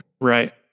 Right